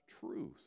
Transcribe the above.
truth